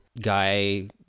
guy